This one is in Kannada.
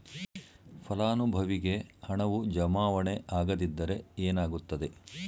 ಫಲಾನುಭವಿಗೆ ಹಣವು ಜಮಾವಣೆ ಆಗದಿದ್ದರೆ ಏನಾಗುತ್ತದೆ?